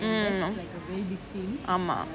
mm ஆமா:aamaa